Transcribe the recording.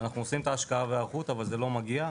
אנחנו עושים את ההשקעה וההיערכות אבל זה לא מגיע,